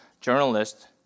journalist